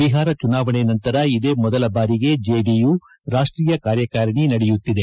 ಬಿಹಾರ ಚುನಾವಣೆ ನಂತರ ಇದೇ ಮೊದಲಬಾರಿಗೆ ಜೆಡಿಯು ರಾಷ್ಷೀಯ ಕಾರ್ಯಕಾರಿಣಿ ನಡೆಯುತ್ತಿದೆ